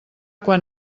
quan